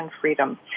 Freedom